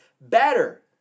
better